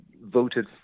voted